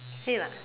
K lah